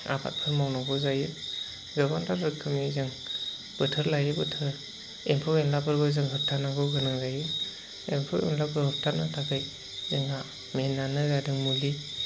आबादफोर मावनांगौ जायो गोबांथार रोखोमनि जों बोथोर लायै बोथोर एम्फौ एनलाफोरखौ जों होबथानांगौ गोनां जायो एम्फौ एनलाफोर होबथानो थाखाय जोंहा मैनआनो जादों मुलि